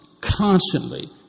constantly